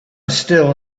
still